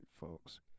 folks